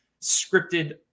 scripted